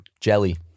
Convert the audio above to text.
jelly